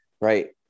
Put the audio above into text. right